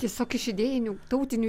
tiesiog iš idėjinių tautinių